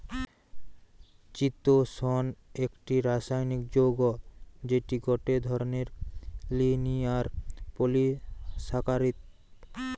চিতোষণ একটি রাসায়নিক যৌগ্য যেটি গটে ধরণের লিনিয়ার পলিসাকারীদ